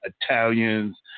Italians